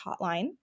hotline